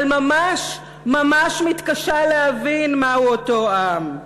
אבל ממש ממש מתקשה להבין מהו אותו עם.